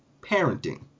parenting